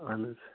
اہن حظ